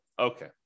Okay